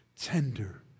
tender